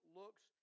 looks